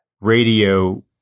radio